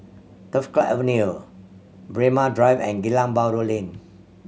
Turf Club Avenue Braemar Drive and Geylang Bahru Lane